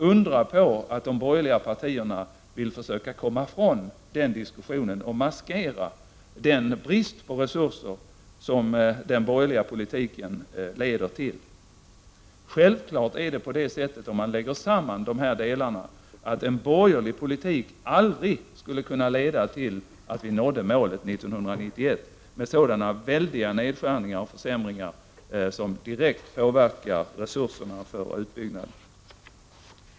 Undra på att de borgerliga partierna vill försöka komma ifrån den diskussionen och maskera den brist på resurser som den borgerliga politiken leder till! Om man lägger samman dessa delar blir det självklart att en borgerlig politik aldrig skulle kunna leda till att vi nådde målet full behovstäckning 1991, med sådana enorma nedskärningar och försämringar som direkt påverkar resurserna för utbyggnaden.